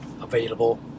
available